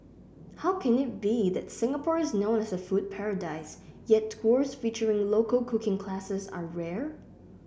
how can it be that Singapore is known as a food paradise yet tours featuring local cooking classes are rare